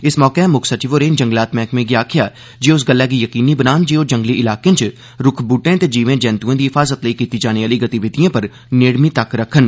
इस मौके मुक्ख सचिव होरें जंगलात मैह्कमे गी आखेआ जे ओह् इस गल्ला गी यकीनी बनान जे ओह् जंगली इलाकें च रूक्ख बूहटें ते जीव जंतुएं दी हिफाज़त लेई कीती जाने आह्ली गतिविधिएं पर नेड़मी तक्क रक्खन